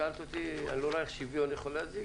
שאלתי אותי: אני לא רואה איך השוויון יכול להזיק.